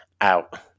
out